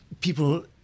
People